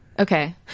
Okay